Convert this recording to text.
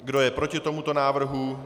Kdo je proti tomuto návrhu?